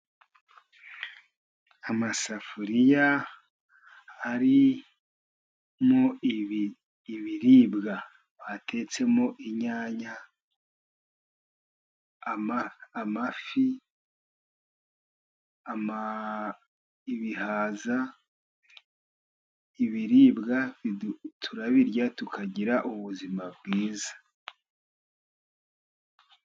Amasafuriya arimo ibiribwa batetsemo inyanya, ama amafi, n'ibihaza. Ibiribwa turabirya tukagira ubuzima bwiza.